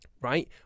Right